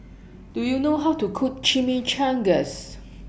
Do YOU know How to Cook Chimichangas